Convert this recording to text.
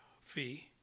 fee